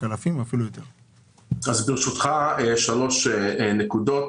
ברשותך, שלוש נקודות.